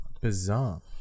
Bizarre